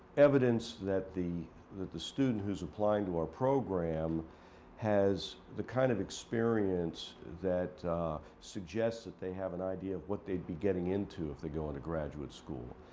evidence that the that the student who's applying to our program has the kind of experience that suggests that they have an idea of what they'd be getting into if they go into graduate school.